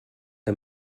que